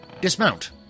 Dismount